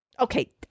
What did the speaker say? okay